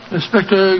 Inspector